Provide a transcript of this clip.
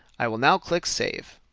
i will now click save.